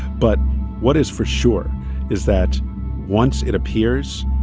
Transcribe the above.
but what is for sure is that once it appears,